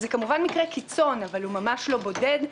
זה כמובן מקרה קיצון אבל הוא ממש לא בודד.